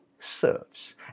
serves